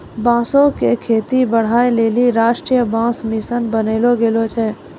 बांसो क खेती बढ़ाय लेलि राष्ट्रीय बांस मिशन बनैलो गेलो छै